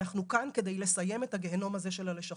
אנחנו כאן כדי לסיים את הגיהינום הזה של הלשכות.